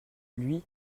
lui